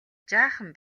жаахан